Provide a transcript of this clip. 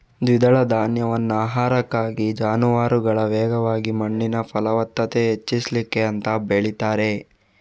ದ್ವಿದಳ ಧಾನ್ಯವನ್ನ ಆಹಾರಕ್ಕಾಗಿ, ಜಾನುವಾರುಗಳ ಮೇವಾಗಿ ಮಣ್ಣಿನ ಫಲವತ್ತತೆ ಹೆಚ್ಚಿಸ್ಲಿಕ್ಕೆ ಅಂತ ಬೆಳೀತಾರೆ